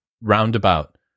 roundabout